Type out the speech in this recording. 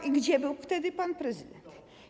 I gdzie był wtedy pan prezydent?